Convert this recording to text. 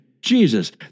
Jesus